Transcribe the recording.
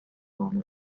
nome